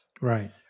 right